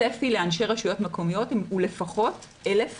הצפי לאנשי רשויות מקומיות הוא לפחות 1,000 חוקרים.